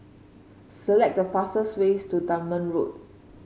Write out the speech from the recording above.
select the fastest ways to Dunman Road